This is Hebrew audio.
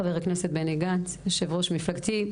חבר הכנסת בני גנץ, יושב-ראש מפלגתי.